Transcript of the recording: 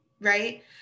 right